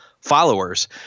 followers